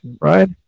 right